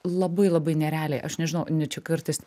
labai labai nerealiai aš nežinau čia kartais